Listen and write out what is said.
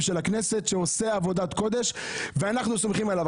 של הכנסת שעושה עבודת קודש ואנחנו סומכים עליו.